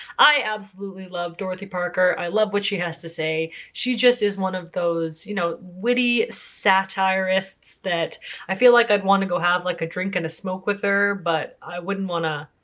i absolutely love dorothy parker. i love what she has to say. she just is one of those, you know, witty satirists that i feel like i'd want to go have like a drink and a smoke with her but i wouldn't want to